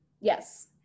Yes